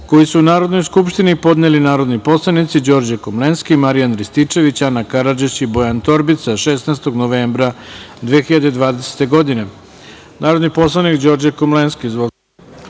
koji su Narodnoj skupštini podneli narodni poslanici: Đorđe Komlenski, Marijan Rističević, Ana Karadžić i Bojana Torbica, 16. novembra 2020. godine. Narodni